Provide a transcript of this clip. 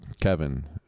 Kevin